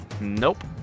Nope